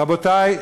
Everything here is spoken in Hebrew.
רבותי,